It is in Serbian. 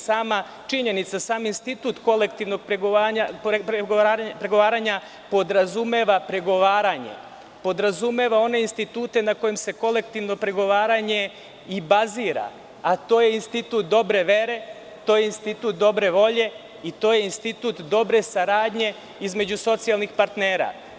Sama činjenica, sam institut kolektivnog pregovaranja podrazumeva pregovaranje, podrazumeva one institute na kojima se i kolektivno pregovaranje i bazira, a to je institut dobre vere, to je institut dobre volje i to je institut dobre saradnje između socijalnih partnera.